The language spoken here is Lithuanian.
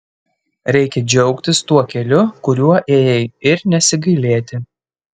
reikia džiaugtis tuo keliu kuriuo ėjai ir nesigailėti